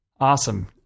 awesome